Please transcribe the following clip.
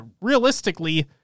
realistically